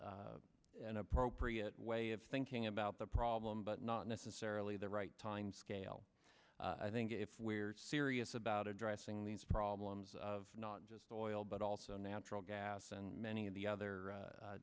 an appropriate way of thinking about the problem but not necessarily the right time scale i think if we're serious about addressing these problems of not just oil but also natural gas and many of the other